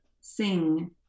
sing